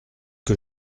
que